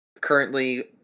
Currently